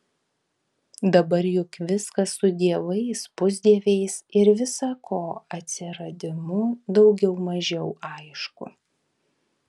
dabar juk viskas su dievais pusdieviais ir visa ko atsiradimu daugiau mažiau aišku